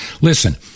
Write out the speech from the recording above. Listen